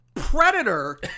predator